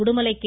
Udumalai K